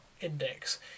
index